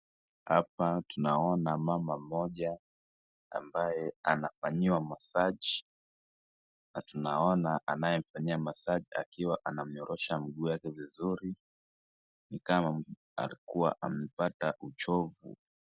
Hapa tunaona mama mmoja ambaye anafanyiwa massage , na tunaona anayemfanyia massage akiwa anamnyorosha mguu yake vizuri, ni kama alikuwa amepata uchovu.